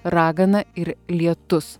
ragana ir lietus